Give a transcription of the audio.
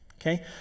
okay